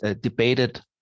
debated